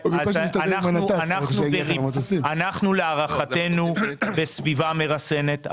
אנחנו להערכתנו בסביבה מרסנת,